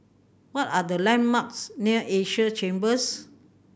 what are the landmarks near Asia Chambers